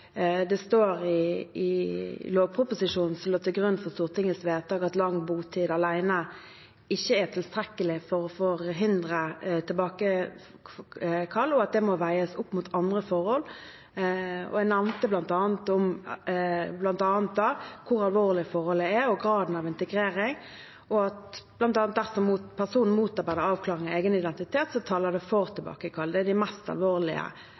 lang botid alene ikke er tilstrekkelig for å forhindre tilbakekall, og at det må veies opp mot andre forhold. Jeg nevnte da bl.a. hvor alvorlig forholdet er, og graden av integrering, og at dersom personen motarbeider avklaring av egen identitet, taler det for tilbakekall. Det er i de meste alvorlige